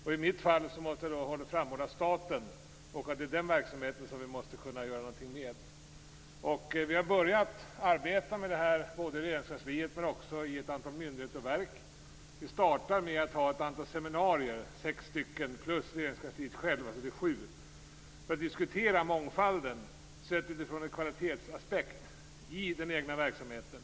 För egen del vill jag framhålla staten och vikten av att göra något med den verksamheten. Vi har börjat arbeta med detta i Regeringskansliet men också i ett antal myndigheter och verk. Vi startar med att hålla ett antal seminarier, sex stycken plus Regeringskansliets eget seminarium, för att diskutera mångfalden utifrån en kvalitetsaspekt i den egna verksamheten.